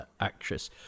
actress